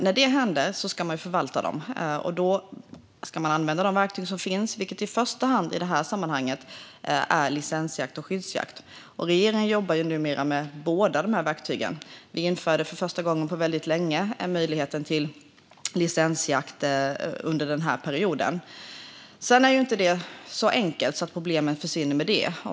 När detta händer ska man förvalta dem, och då ska man använda de verktyg som finns, vilket i detta sammanhang i första hand är licensjakt och skyddsjakt. Regeringen jobbar numera med båda dessa verktyg. Vi införde för första gången på väldigt länge en möjlighet till licensjakt under denna period. Sedan är det inte så enkelt som att problemet försvinner med detta.